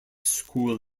school